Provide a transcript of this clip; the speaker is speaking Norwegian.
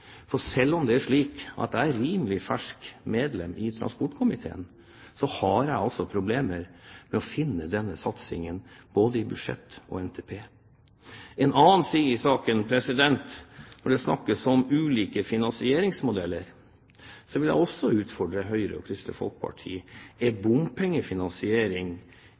For selv om jeg er et rimelig ferskt medlem i transportkomiteen, har jeg altså problemer med å finne denne satsingen både i budsjett og i Nasjonal transportplan. En annen side av saken: Når det snakkes om ulike finansieringsmodeller, vil jeg også utfordre Høyre og Kristelig Folkeparti på om bompengefinansiering